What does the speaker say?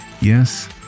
Yes